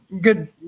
good